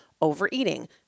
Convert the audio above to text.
overeating